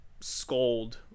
scold